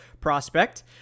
prospect